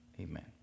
amen